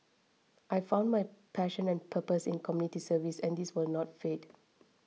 I found my passion and purpose in community service and this will not fade